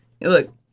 Look